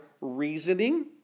reasoning